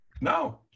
no